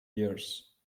years